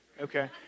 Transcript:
Okay